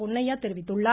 பொன்னையா தெரிவித்துள்ளார்